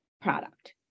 product